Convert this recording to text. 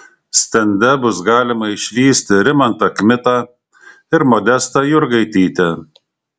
stende bus galima išvysti rimantą kmitą ir modestą jurgaitytę